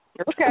Okay